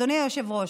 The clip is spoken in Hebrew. אדוני היושב-ראש,